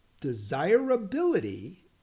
desirability